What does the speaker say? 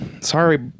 sorry